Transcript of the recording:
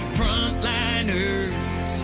frontliners